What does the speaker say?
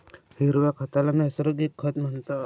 हिरव्या खताला नैसर्गिक खत म्हणतात